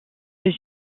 eun